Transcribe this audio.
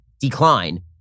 decline